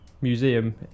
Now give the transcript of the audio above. Museum